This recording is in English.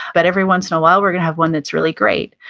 but every once in awhile we're gonna have one that's really great.